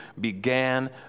began